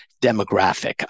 demographic